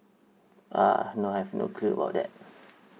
uh no I've no clue about that